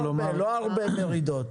לא הרבה מרידות.